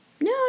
No